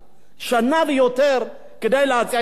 שנה ויותר, כדי להציע את הצעת החוק הזאת?